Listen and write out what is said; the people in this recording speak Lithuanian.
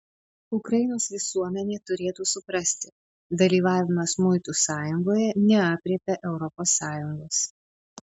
ukrainos visuomenė turėtų suprasti dalyvavimas muitų sąjungoje neaprėpia europos sąjungos